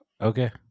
Okay